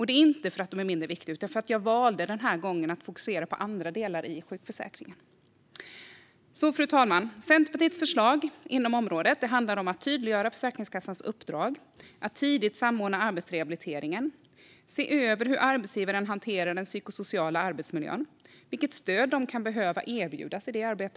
Det är inte för att de är mindre viktiga utan för att jag valde att denna gång fokusera på andra delar i sjukförsäkringen. Fru talman! Centerpartiets förslag inom området handlar alltså om att tydliggöra Försäkringskassans uppdrag, att tidigt samordna arbetsrehabiliteringen och att se över hur arbetsgivare hanterar den psykosociala arbetsmiljön och vilket stöd de kan behöva erbjudas i det arbetet.